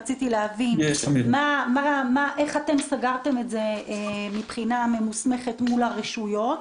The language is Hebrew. רציתי להבין אין אתם סגרתם את זה מול הרשויות.